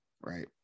right